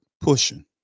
pushing